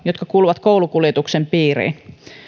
jotka kuuluvat koulukuljetuksen piiriin